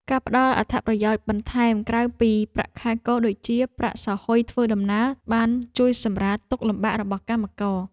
ការផ្តល់អត្ថប្រយោជន៍បន្ថែមក្រៅពីប្រាក់ខែគោលដូចជាប្រាក់សោហ៊ុយធ្វើដំណើរបានជួយសម្រាលទុក្ខលំបាករបស់កម្មករ។